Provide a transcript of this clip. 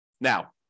Now